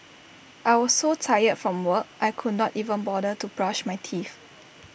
I was so tired from work I could not even bother to brush my teeth